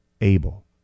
Abel